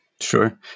Sure